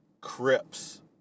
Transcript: Crips